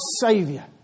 savior